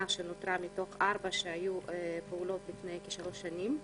שנותרה מתוך ארבע שפעלו לפני שלוש שנים.